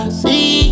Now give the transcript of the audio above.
see